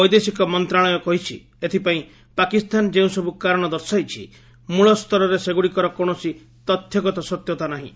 ବୈଦେଶିକ ମନ୍ତ୍ରଣାଳୟ କହିଛି ଏଥିପାଇଁ ପାକିସ୍ତାନ ଯେଉଁସବୁ କାରଣ ଦର୍ଶାଇଛି ମୂଳ ସ୍ତରରେ ସେଗୁଡ଼ିକର କୌଣସି ତଥ୍ୟଗତ ସତ୍ୟତା ନାହିଁ